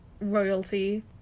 royalty